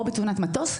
או בתאונת מטוס,